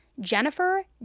Jennifer